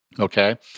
Okay